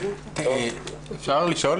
אפשר לשאול